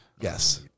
Yes